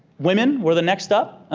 women were the next up.